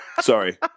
Sorry